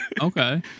okay